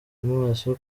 maso